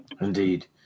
Indeed